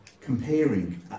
comparing